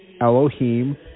Elohim